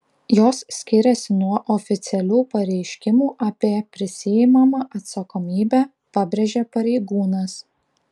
jos skiriasi nuo oficialių pareiškimų apie prisiimamą atsakomybę pabrėžė pareigūnas